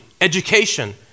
education